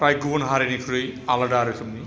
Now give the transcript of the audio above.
फ्राय गुबुन हारिनिख्रुइ आलादा रोखोमनि